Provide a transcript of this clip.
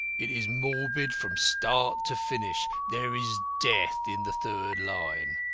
it is morbid from start to finish. there is death in the third line.